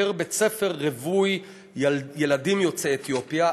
פר בית-ספר רווי ילדים יוצאי אתיופיה.